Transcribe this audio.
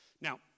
Now